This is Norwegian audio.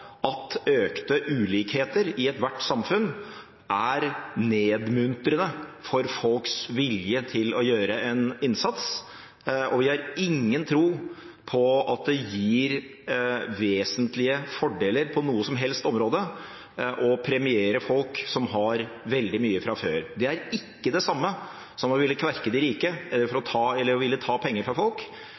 at økte ulikheter i ethvert samfunn er «nedmuntrende» for folks vilje til å gjøre en innsats, og vi har ingen tro på at det gir vesentlige fordeler på noe som helst område å premiere folk som har veldig mye fra før. Det er ikke det samme som å ville kverke de rike eller ta penger fra folk,